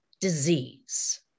disease